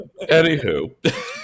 Anywho